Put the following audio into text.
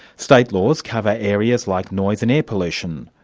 state laws cover areas like noise and air pollution,